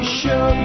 show